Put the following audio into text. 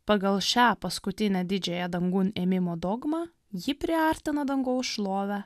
pagal šią paskutinę didžiąją dangun ėmimo dogmą jį priartina dangaus šlovę